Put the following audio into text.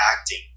acting